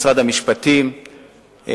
משרד המשפטים,